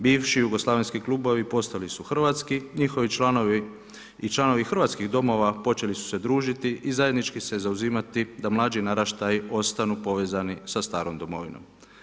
Bivši Jugoslavenski klubovi postali su Hrvatski, njihovi članovi i članovi hrvatskih domova počeli su se družiti i zajednički se zauzimati da mlađi naraštaji ostanu povezani sa starom domovinom.